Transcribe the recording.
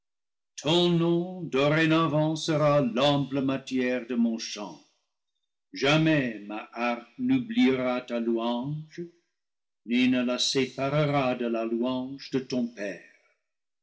dorénavant sera l'ample matière de mon chant jamais ma harpe n'oubliera ta louange ni ne la séparera de la louange de ton père